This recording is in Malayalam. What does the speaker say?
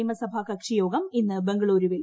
നിയമസഭാ കക്ഷി യോഗം ഇന്ന് ബംഗളൂരുവിൽ